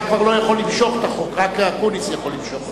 סעיף 1 נתקבל.